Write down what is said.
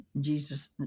Jesus